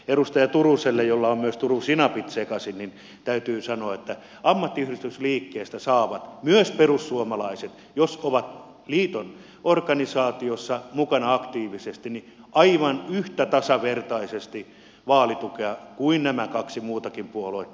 edustaja turuselle jolla on myös turun sinapit sekaisin täytyy sanoa että ammattiyhdistysliikkeestä saavat myös perussuomalaiset jos ovat liiton organisaatiossa mukana aktiivisesti aivan yhtä tasavertaisesti vaalitukea kuin nämä kaksi muutakin puoluetta